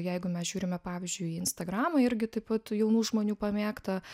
jeigu mes žiūrime pavyzdžiui į instagramą irgi taip pat jaunų žmonių pamėgtą